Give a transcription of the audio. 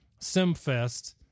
SimFest